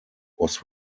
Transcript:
was